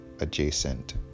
adjacent